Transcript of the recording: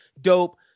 Dope